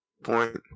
Point